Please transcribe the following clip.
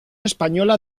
española